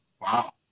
Wow